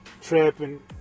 trapping